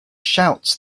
shouts